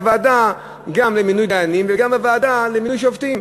בוועדה למינוי דיינים וגם בוועדה למינוי שופטים.